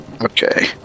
Okay